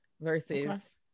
versus